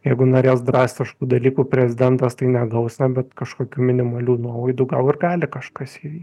jeigu norės drastiškų dalykų prezidentas tai negaus ten bet kažkokių minimalių nuolaidų gal ir gali kažkas jį